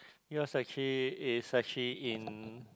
it was actually is actually in